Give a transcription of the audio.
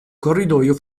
corridoio